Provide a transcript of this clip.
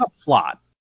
plot